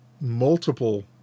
multiple